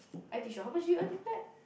I teach you how much you earn from that